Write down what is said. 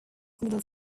middle